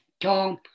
Tom